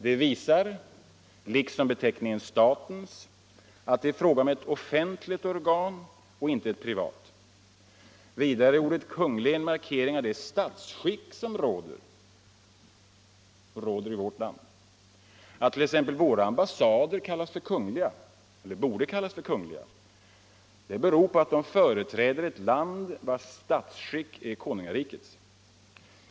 Det visar liksom beteckningen ”statens” att det är fråga om ett offentligt organ och inte ett privat. Vidare är ordet Kungl. en markering av det statsskick som råder i vårt land. Anledningen till att våra ambassader borde kallas Kungl. är att de företräder ett land vars statsskick är konungarikets.